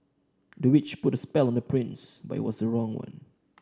the witch put a spell on the prince but it was the wrong one